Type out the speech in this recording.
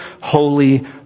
holy